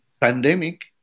pandemic